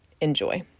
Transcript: Enjoy